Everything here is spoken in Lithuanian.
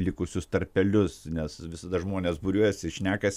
likusius tarpelius nes visada žmonės būriuojasi šnekas